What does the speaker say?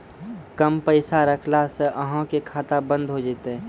कम पैसा रखला से अहाँ के खाता बंद हो जैतै?